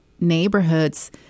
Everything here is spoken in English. neighborhoods